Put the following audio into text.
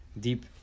deep